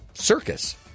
Circus